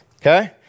okay